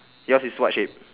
yours is what shape